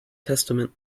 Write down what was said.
testament